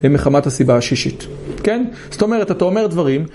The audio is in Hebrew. למחמת הסיבה השישית, כן? זאת אומרת, אתה אומר דברים...